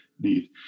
need